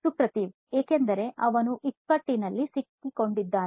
ಸುಪ್ರತಿವ್ ಏಕೆಂದರೆ ಅವನು ಇಕ್ಕಟ್ಟು ಸ್ಥಿತಿಯಲ್ಲಿದ್ದಾನೆ